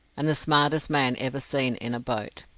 and the smartest man ever seen in a boat.